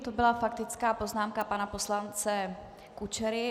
To byla faktická poznámka pana poslance Kučery.